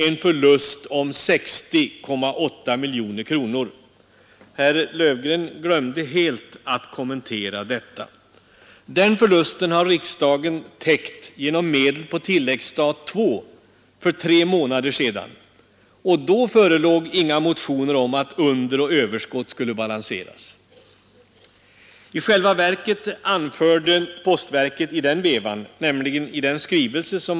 Herr Burenstam Linder kom in på hur orättvist han anser den enskilde företagaren är behandlad i olika avseenden, jämfört med den anställde, och räknade upp alla de sociala förmåner och andra ting som företagaren inte får.